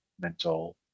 mental